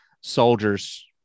soldiers